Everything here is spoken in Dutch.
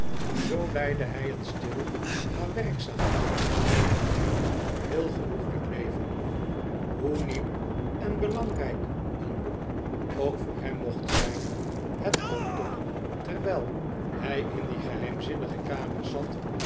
zoo leidde hij een stil maar werkzaam en voor hem heel genoeglijk leven hoe nieuw en belangrijk een boek ook voor hem mocht zijn het kon tom terwijl hij in die geheimzinnige kamers zat